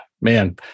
man